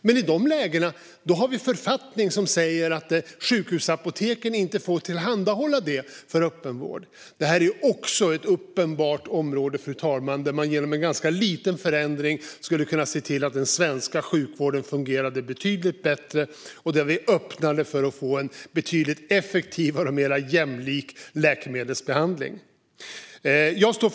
Men i de lägena har vi författning som säger att sjukhusapoteken inte får tillhandahålla det för öppenvård. Också det här är uppenbart ett område där man genom en ganska liten förändring kan se till att den svenska sjukvården fungerar betydligt bättre och öppna för att få en betydligt effektivare och mer jämlik läkemedelsbehandling. Fru talman!